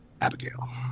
Abigail